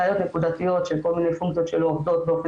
בעיות נקודתיות של כל מיני פונקציות שלא עובדות באופן